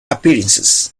appearances